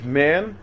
man